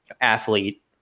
athlete